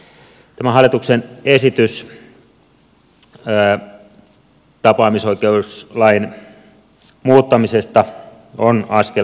tämä hallituksen esitys tapaamisoikeuslain muuttamisesta on askel oikeaan suuntaan